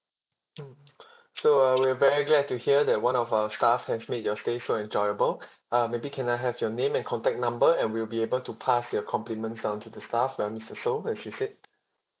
mm so uh we're very glad to hear that one of our staff has made your stay so enjoyable uh maybe can I have your name and contact number and we'll be able to pass your compliments down to the staff by mister sow as you said